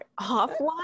offline